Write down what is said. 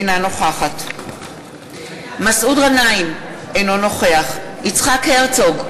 אינה נוכחת מסעוד גנאים, אינו נוכח יצחק הרצוג,